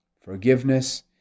Forgiveness